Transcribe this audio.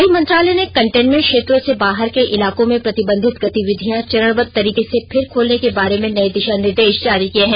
गृह मंत्रालय ने कंटेनमेंट क्षेत्रों से बाहर के इलाकों में प्रतिबंधित गतिविधियां चरणबद्व तरीके से फिर खोलने के बारे में नए दिशा निर्देश जारी किए हैं